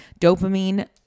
dopamine